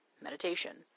meditation